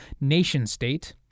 nation-state